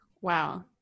Wow